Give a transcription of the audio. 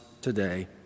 today